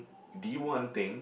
the one thing